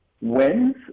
wins